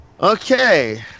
Okay